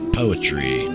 poetry